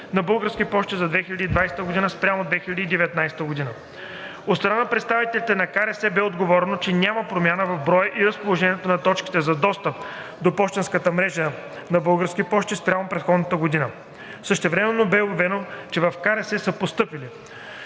на „Български пощи“ за 2020 г. спрямо 2019 г. От страна на представителите на КРС бе отговорено, че няма промяна в броя и разположението на точките за достъп до пощенската мрежа на БП спрямо предходната година. Същевременно бе обяснено, че в КРС са постъпили